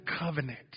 covenant